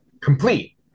complete